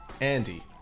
Andy